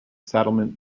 settlement